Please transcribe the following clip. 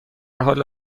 حال